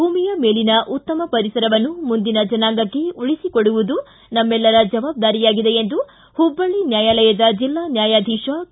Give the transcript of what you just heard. ಭೂಮಿಯ ಮೇಲಿನ ಉತ್ತಮ ಪರಿಸರವನ್ನು ಮುಂದಿನ ಜನಾಂಗಕ್ಷೆ ಉಳಿಸಿಕೊಡುವುದು ನಮ್ನೆಲ್ಲರ ಜವಬ್ದಾರಿಯಾಗಿದೆ ಎಂದು ಹುಬ್ಬಳ್ಳಿ ನ್ವಾಯಾಲಯದ ಜಿಲ್ಲಾ ನ್ವಾಯಾಧೀಶ ಕೆ